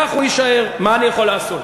מה אני יכול לעשות.